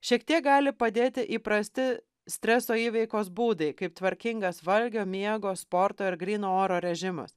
šiek tiek gali padėti įprasti streso įveiktos būdai kaip tvarkingas valgio miego sporto ir gryno oro režimas